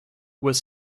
was